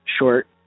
short